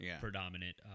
predominant